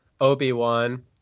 Obi-Wan